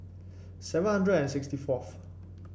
seven hundred and sixty fourth